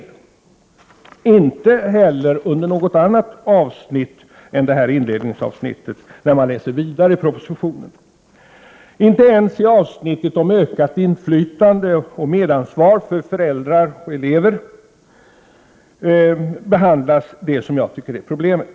Det finns inte heller med under något annat avsnitt — det finner man när man läser vidare i propositionen. Inte ens i avsnittet om ökat inflytande och medansvar för föräldrar och elever behandlas det som jag tycker är problemet.